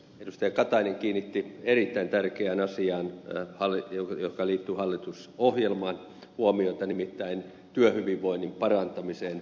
elsi katainen kiinnitti huomiota erittäin tärkeään asiaan joka liittyi hallitusohjelmaan nimittäin työhyvinvoinnin parantamiseen